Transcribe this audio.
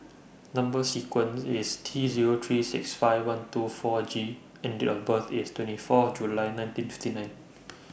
Number sequence IS T Zero three six five one two four G and Date of birth IS twenty four July nineteen fifty nine